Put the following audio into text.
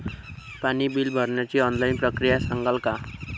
पाणी बिल भरण्याची ऑनलाईन प्रक्रिया सांगाल का?